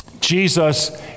Jesus